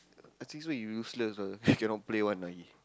I think so he useless ah he cannot play [one] lah he